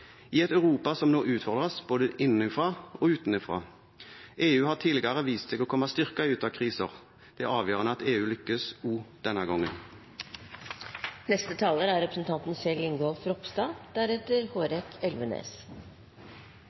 i et Europa som nå utfordres, både innenfra og utenfra. EU har tidligere vist seg å komme styrket ut av kriser. Det er avgjørende at EU lykkes også denne gangen.